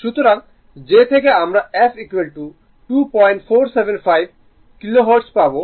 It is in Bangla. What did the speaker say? সুতরাং যে থেকে আমরা f 2475 কিলোহার্টজ পাবো